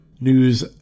news